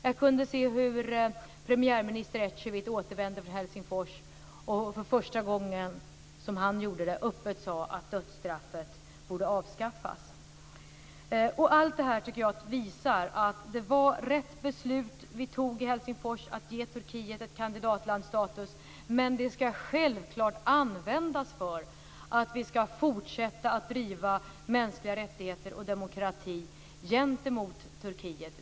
Jag kunde också se hur premiärminister Ecevit återvände från Helsingfors och för första gången öppet sade att dödsstraffet borde avskaffas. Jag tycker att allt det här visar att det var rätt beslut som vi tog i Helsingfors när vi gav Turkiet kandidatlandsstatus, men det ska självfallet användas för att vi ska fortsätta att driva mänskliga rättigheter och demokrati gentemot Turkiet.